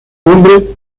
nombre